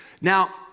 Now